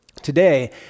today